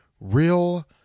real